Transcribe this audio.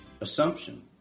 Assumption